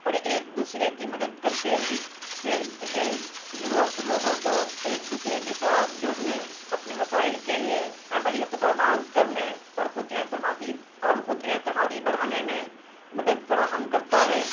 اور ایک دوسرے کی مدد کرتے ہیں سیلف ہیلپ گڑوپ لوگوں کو ایک دوسرے کے ساتھ جڑنے اپنے مسائل کے لیے عملی اقدامات کرنے اور خود اعتمادی اور خود اعتمادی بڑھانے میں مدد فراہم کرتا ہے